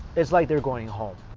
it's like they're going home.